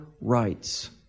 rights